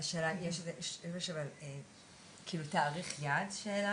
יש תאריך יעד?